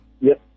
Yes